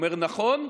הוא אומר: נכון.